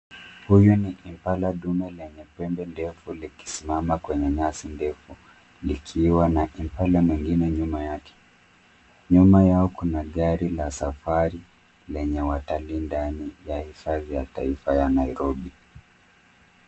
Huyu ni imbala dume lenye pembe ndefu likisimama kwenye nyasi ndefu, likiwa na imbala mwingine nyuma yake. Nyuma yao kuna gari la safari lenye watalii ndani la hifadhi ya taifa ya Nairobi.